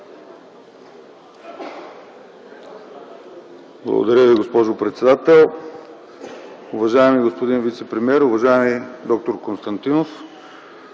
Благодаря, госпожо председател. Уважаеми господин вицепремиер, уважаеми д-р Константинов!